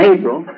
April